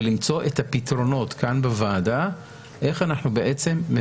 ולמצוא את הפתרונות כאן בוועדה לביטול